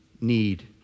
need